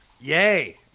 Yay